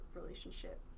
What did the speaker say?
relationship